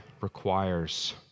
requires